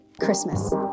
Christmas